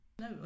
No